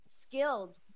skilled